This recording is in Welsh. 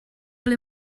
ble